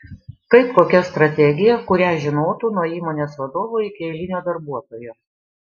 kaip kokia strategija kurią žinotų nuo įmonės vadovo iki eilinio darbuotojo